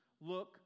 look